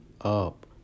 up